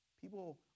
People